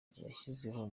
yashyizeho